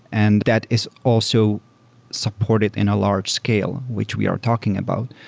and that is also supported in a large-scale, which we are talking about.